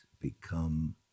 become